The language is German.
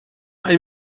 ein